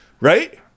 right